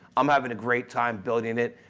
i'm having a great time building it